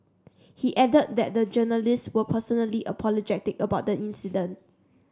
he added that the journalists were personally apologetic about the incident